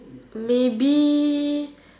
maybe